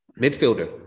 midfielder